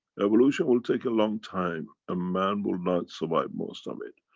evolution will take a long time, a man will not survive most of it.